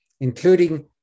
including